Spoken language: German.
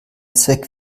zweck